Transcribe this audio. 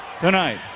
Tonight